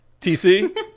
TC